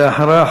ולאחריה,